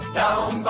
down